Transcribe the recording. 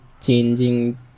changing